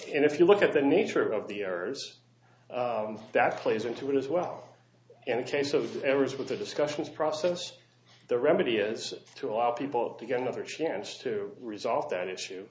and if you look at the nature of the errors that plays into it as well and a case of the errors the discussions process the remedy is to allow people to get another chance to resolve that issue